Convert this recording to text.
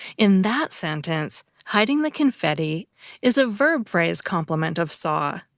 in that sentence, hiding the confetti is a verb phrase complement of saw.